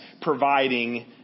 providing